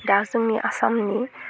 दा जोंनि आसामनि